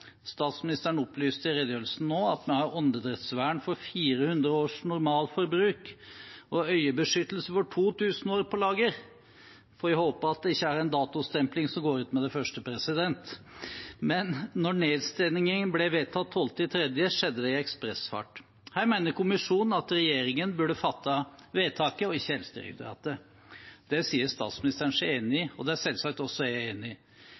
Statsministeren opplyste i redegjørelsen nå at vi har åndedrettsvern for 400 års normalforbruk og øyebeskyttelse for 2 000 år på lager. Vi får jo håpe at de ikke har en datostempling som går ut med det første! Da nedstengningen ble vedtatt 12. mars, skjedde det i ekspressfart. Her mener kommisjonen at regjeringen burde fattet vedtaket, ikke Helsedirektoratet. Det sier statsministeren seg enig i, og det er selvsagt også jeg enig i,